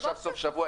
עכשיו סופשבוע,